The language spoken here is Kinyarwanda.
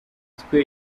twe